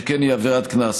שכן היא עבירת קנס.